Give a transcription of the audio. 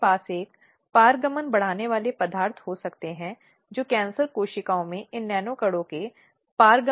कुछ बहुत ही महत्वपूर्ण है सबसे पहले क्या आपको सक्षम बैठक परिवेश बनाना है